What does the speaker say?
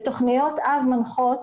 בתוכניות אב מנחות,